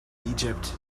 egypt